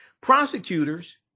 prosecutors